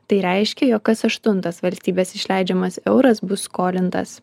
tai reiškia jog kas aštuntas valstybės išleidžiamas euras bus skolintas